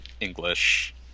English